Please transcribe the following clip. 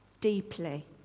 deeply